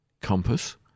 compass